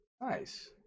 nice